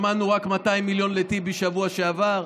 שמענו על רק 200 מיליון לטיבי בשבוע שעבר,